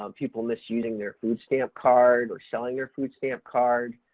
um people misusing their food stamp card or selling their food stamp card.